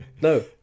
No